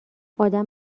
ادم